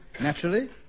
Naturally